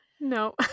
no